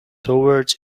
toward